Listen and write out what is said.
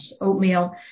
oatmeal